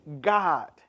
God